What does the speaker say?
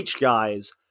guys